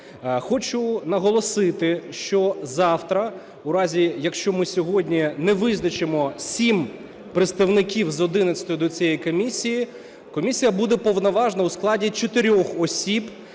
Хочу наголосити, що завтра у разі, якщо ми сьогодні не визначимо 7 представників з 11 до цієї комісії, комісія буде повноважна у складі 4 осіб,